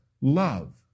love